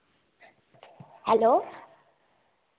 hello